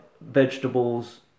vegetables